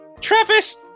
Travis